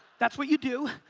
that's what you do.